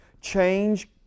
change